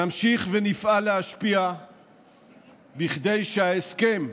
נמשיך ונפעל להשפיע כדי שההסכם,